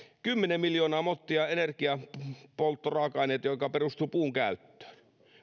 kymmenen miljoonaa mottia energiapolttoraaka aineita jotka perustuvat puun käyttöön